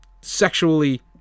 sexually